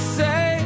say